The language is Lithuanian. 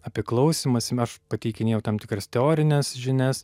apie klausymąsi aš pateikinėju tam tikras teorines žinias